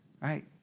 right